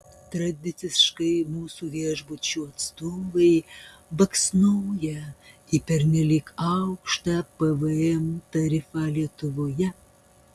tradiciškai mūsų viešbučių atstovai baksnoja į pernelyg aukštą pvm tarifą lietuvoje